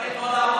צריך לא לעמוד,